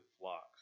flocks